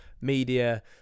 media